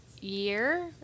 year